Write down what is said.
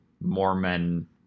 Mormon